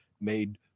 made